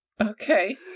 Okay